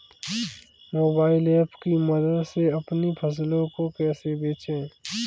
Mobile app की मदद से अपनी फसलों को कैसे बेचें?